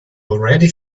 already